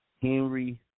Henry